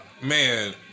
man